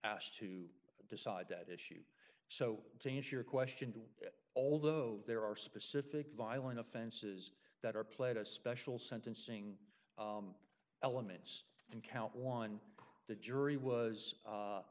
asked to decide that issue so change your question to although there are specific violent offenses that are played a special sentencing elements and count one the jury was